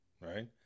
right